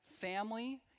family